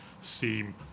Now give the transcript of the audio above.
seem